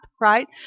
right